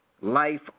Life